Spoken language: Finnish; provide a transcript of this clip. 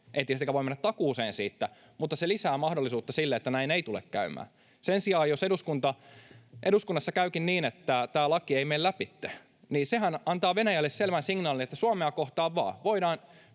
Ei tietenkään voi mennä takuuseen siitä, mutta se lisää mahdollisuutta sille, että näin ei tule käymään. Sen sijaan jos eduskunnassa käykin niin, että tämä laki ei mene läpi, niin sehän antaa Venäjälle selvän signaalin, että Suomea kohtaan vaan: